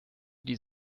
die